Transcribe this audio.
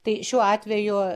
tai šiuo atveju